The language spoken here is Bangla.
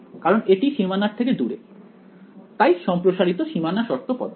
কারণ এটি সীমানার থেকে দূরে তাই সম্প্রসারিত সীমানা শর্ত পদ্ধতি